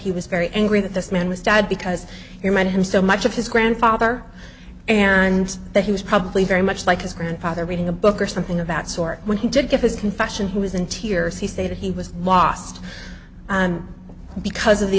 he was very angry that this man was dad because you met him so much of his grandfather and that he was probably very much like his grandfather reading a book or something about sort when he did get his confession he was in tears he stated he was lost because of the